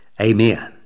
Amen